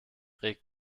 reg